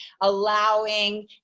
allowing